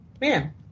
Man